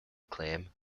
acclaim